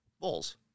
Bulls